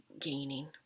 gaining